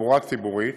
בתחבורה ציבורית,